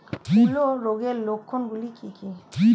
হূলো রোগের লক্ষণ গুলো কি কি?